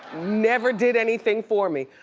never did anything for me.